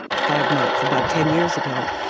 five months, about ten years ago,